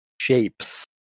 shapes